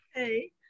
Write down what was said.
Okay